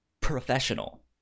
professional